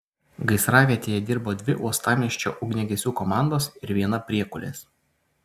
gaisravietėje dirbo dvi uostamiesčio ugniagesių komandos ir viena priekulės